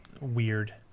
weird